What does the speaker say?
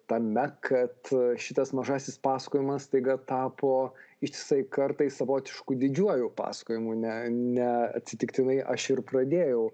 tame kad šitas mažasis pasakojimas staiga tapo ištisai kartais savotišku didžiuoju pasakojimu ne ne atsitiktinai aš ir pradėjau